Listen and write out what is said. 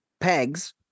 pegs